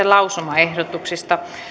lausumaehdotuksen